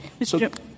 Mr